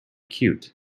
cute